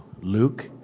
Luke